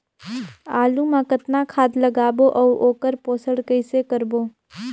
आलू मा कतना खाद लगाबो अउ ओकर पोषण कइसे करबो?